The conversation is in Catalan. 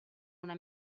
una